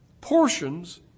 portions